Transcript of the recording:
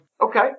Okay